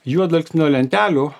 juodalksnio lentelių